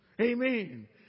Amen